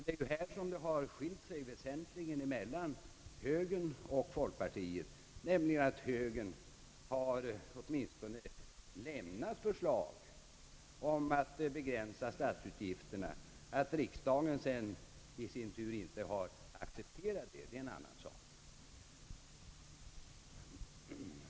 Det är ju här som det skilt sig mellan högern och folkpartiet. Högern har åtminstone framlagt förslag om att begränsa statsutgifterna. Att riksdagen sedan i sin tur inte har accepterat de förslagen är en annan sak.